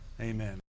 Amen